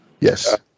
Yes